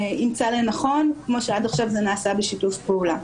ימצא לנכון כמו שעד זה נעשה בשיתוף פעולה.